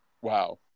wow